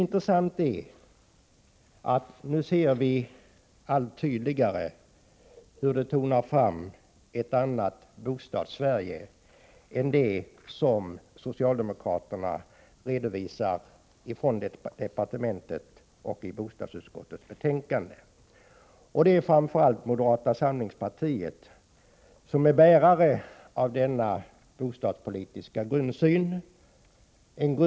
Nu ser vi allt tydligare hur det tonar fram ett annat Bostadssverige än det som socialdemokraterna redovisar i propositionen och i bostadsutskottets betänkande. Det är framför allt moderata samlingspartiet som är bärare av denna bostadspolitiska grundsyn.